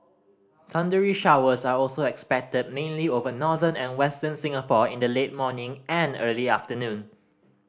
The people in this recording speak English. thundery showers are also expected mainly over northern and Western Singapore in the late morning and early afternoon